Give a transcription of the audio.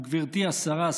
גברתי השרה,